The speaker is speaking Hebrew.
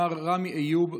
מר רמי איוב,